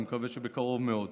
אני מקווה שבקרוב מאוד.